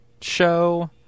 show